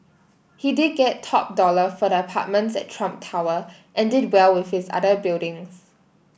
he did get top dollar for the apartments at Trump Tower and did well with his other buildings